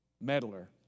Meddler